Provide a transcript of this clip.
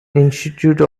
institute